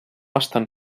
estan